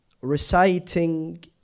reciting